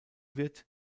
wird